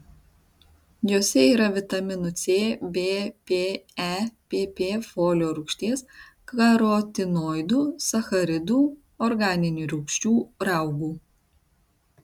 juose yra vitaminų c b p e pp folio rūgšties karotinoidų sacharidų organinių rūgščių raugų